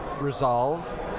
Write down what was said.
resolve